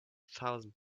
thousand